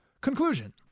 Conclusion